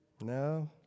No